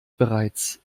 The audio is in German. bereits